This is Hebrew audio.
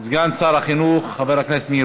סגן שר החינוך חבר הכנסת מאיר